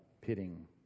pitting